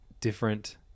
different